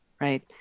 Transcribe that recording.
right